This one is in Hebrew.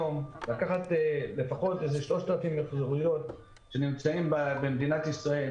לקחת היום כ-3,000 מיחזוריות שנמצאות במדינת ישראל